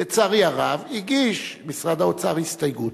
לצערי הרב, הגיש משרד האוצר הסתייגות.